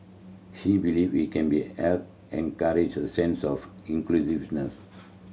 she believe it can be help encourage a sense of inclusiveness